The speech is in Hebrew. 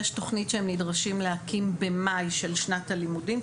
יש תוכנית שהם נדרשים להקים במאי של שנת הלימודים,